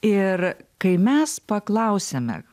ir kai mes paklausėme